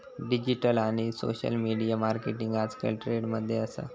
digital आणि social media marketing आजकल trend मध्ये असा